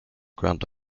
grant